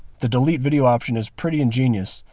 the deleted video option is pretty ingenious.